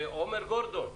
עומר גורדון.